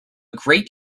great